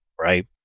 Right